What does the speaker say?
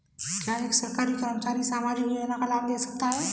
क्या एक सरकारी कर्मचारी सामाजिक योजना का लाभ ले सकता है?